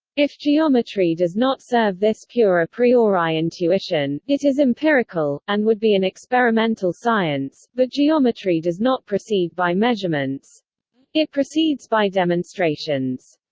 if geometry does not serve this pure a priori intuition, it is empirical, and would be an experimental science, but geometry does not proceed by measurements it proceeds by demonstrations.